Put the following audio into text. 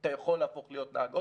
אתה יכול להפוך להיות נהג אוטובוס.